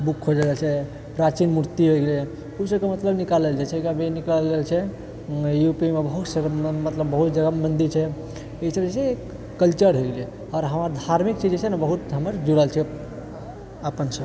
book खोजल जाइत छै प्राचीन मूर्ति होइ गेलै ओ सबके मतलब निकालल जाइत छै यूपीमे बहुत सारा मतलब बहुत जगह मन्दिर छै ई सब जे छै कल्चर होइ गेलै आओर हमरा धार्मिक चीज जे छै ने बहुत हमर जुड़ल छी अपनसँ